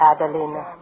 Adelina